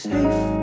Safe